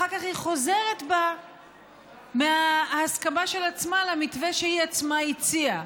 אחר כך היא חוזרת בה מההסכמה של עצמה למתווה שהיא עצמה הציעה.